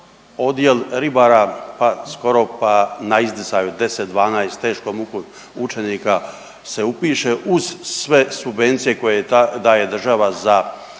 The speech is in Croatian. odjel ribara skoro pa na izdisaju 10, 12 teškom mukom učenika se upiše uz sve subvencije koje daje država za